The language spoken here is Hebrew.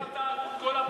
אתה סגרת את כל הפערים.